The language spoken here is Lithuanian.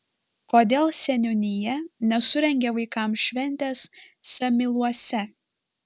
kodėl seniūnija nesurengė vaikams šventės samyluose